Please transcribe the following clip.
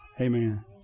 Amen